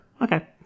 okay